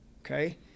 okay